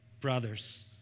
brothers